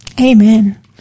Amen